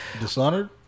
Dishonored